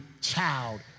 child